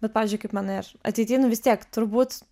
bet pavyzdžiui kaip manai ar ateityje nu vis tiek turbūt